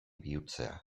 bihurtzea